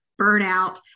burnout